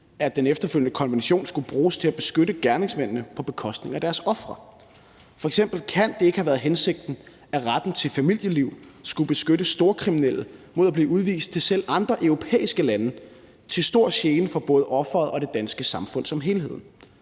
at den efterfølgende konvention skulle bruges til at beskytte gerningsmændene på bekostning af deres ofre. Det kan f.eks. ikke have været hensigten, at retten til familieliv skulle beskytte storkriminelle mod at blive udvist til selv andre europæiske lande – til stor gene for både offeret og det danske samfund som helhed.